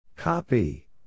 Copy